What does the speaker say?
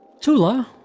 Tula